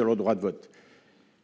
leur droit de vote.